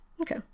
Okay